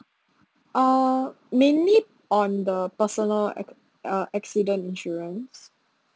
uh mainly on the personal acc~ uh accident insurance